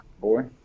boy